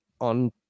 on